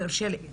אם יורשה לי,